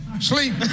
Sleep